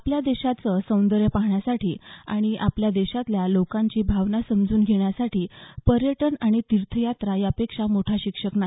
आपल्या देशाचं सौंदर्य पाहण्यासाठी आणि आपल्या देशातल्या लोकांची भावना समजून घेण्यासाठी पर्यटन आणि तीर्थयात्रा यापेक्षा मोठा शिक्षक नाही